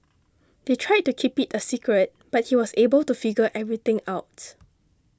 they tried to keep it a secret but he was able to figure everything out